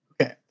Okay